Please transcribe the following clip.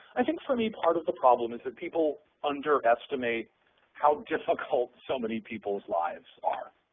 i think for me part of the problem is that people underestimate how difficult so many people's lives are.